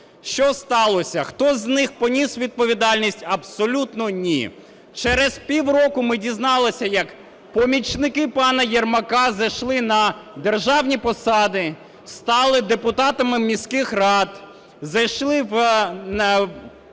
Що сталося, хтось з них поніс відповідальність? Абсолютно ні. Через півроку ми дізналися, як помічники пана Єрмака зайшли на державні посади, стали депутатами міських рад, зайшли в